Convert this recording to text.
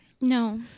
No